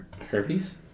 Herpes